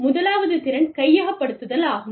முதலாவது திறன் கையகப்படுத்தல் ஆகும்